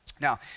Now